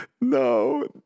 No